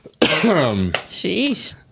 Sheesh